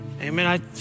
Amen